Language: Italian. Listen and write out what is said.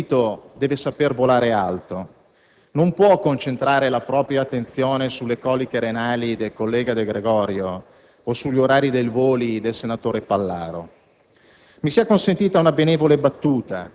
Il *leader* di un grande partito deve saper volare alto, non può concentrare la propria attenzione sulle coliche renali del collega De Gregorio o sugli orari dei voli del senatore Pallaro.